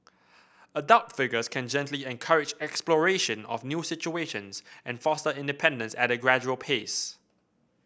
adult figures can gently encourage exploration of new situations and foster independence at a gradual pace